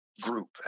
group